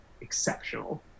exceptional